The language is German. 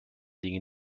dinge